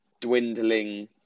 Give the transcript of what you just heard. dwindling